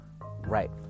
right